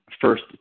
first